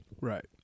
Right